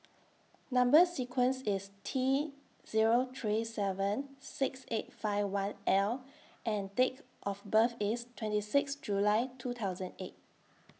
Number sequence IS T Zero three seven six eight five one L and Date of birth IS twenty six July two thousand and eight